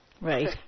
Right